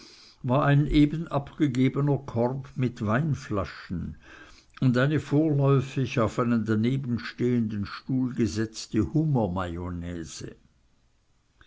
war ein eben abgegebener korb mit weinflaschen und eine vorläufig auf einen danebenstehenden stuhl gesetzte